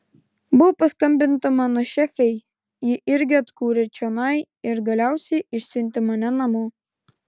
buvo paskambinta mano šefei ji irgi atkūrė čionai ir galiausiai išsiuntė mane namo